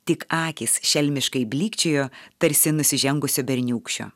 tik akys šelmiškai blykčiojo tarsi nusižengusio berniūkščio